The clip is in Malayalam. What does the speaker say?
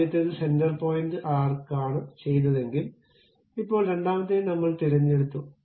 ആദ്യത്തേത് സെന്റർ പോയിന്റ് ആർക്കാണ് ചെയ്തതെങ്കിൽ ഇപ്പോൾ രണ്ടാമത്തേത് നമ്മൾ തിരഞ്ഞെടുത്തു